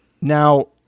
Now